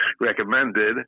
recommended